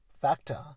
factor